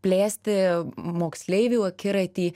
plėsti moksleivių akiratį